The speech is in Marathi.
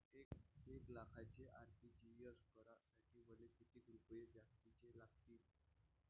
एक लाखाचे आर.टी.जी.एस करासाठी मले कितीक रुपये जास्तीचे लागतीनं?